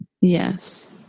yes